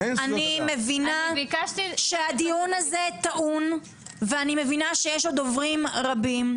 אני מבינה שהדיון הזה טעון ואני מבינה שיש עוד דוברים רבים.